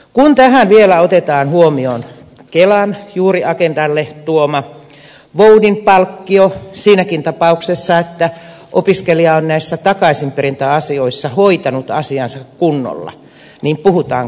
kun tähän vielä otetaan huomioon kelan juuri agendalle tuoma voudin palkkio siinäkin tapauksessa että opiskelija on näissä takaisinperintäasioissa hoitanut asiansa kunnolla niin puhutaan kohtuuttomuudesta